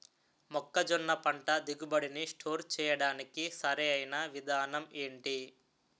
మొక్కజొన్న పంట దిగుబడి నీ స్టోర్ చేయడానికి సరియైన విధానం ఎంటి?